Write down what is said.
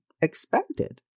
expected